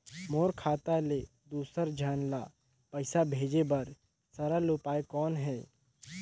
मोर खाता ले दुसर झन ल पईसा भेजे बर सरल उपाय कौन हे?